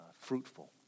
fruitful